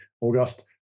August